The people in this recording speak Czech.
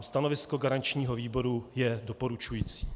Stanovisko garančního výboru je doporučující.